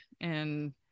and-